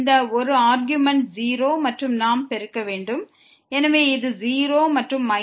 இந்த ஒரு ஆர்க்யூமென்ட் 0 மற்றும் நமக்கு பெருக்கல் மதிப்பு கிடைக்கிறது